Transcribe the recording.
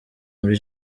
muri